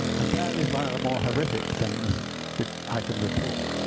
and that is one of the more horrific things which i can report.